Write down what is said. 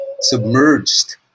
submerged